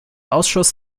ausschuss